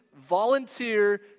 volunteer